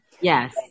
Yes